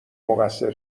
مقصر